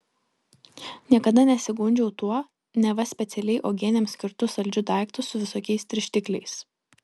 niekada nesigundžiau tuo neva specialiai uogienėms skirtu saldžiu daiktu su visokiais tirštikliais